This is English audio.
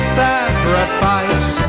sacrifice